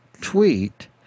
tweet